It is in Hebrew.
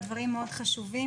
דברים מאוד חשובים.